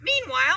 Meanwhile